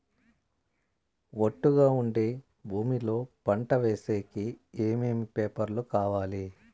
ఒట్టుగా ఉండే భూమి లో పంట వేసేకి ఏమేమి పేపర్లు కావాలి?